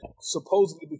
supposedly